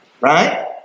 Right